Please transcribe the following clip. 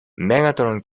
megatron